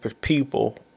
people